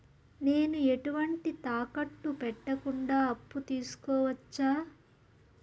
నేను ఎటువంటి తాకట్టు పెట్టకుండా అప్పు తీసుకోవచ్చా?